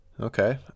Okay